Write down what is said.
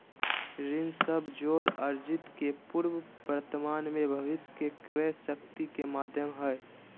ऋण सब जोड़ अर्जित के पूर्व वर्तमान में भविष्य के क्रय शक्ति के माध्यम हइ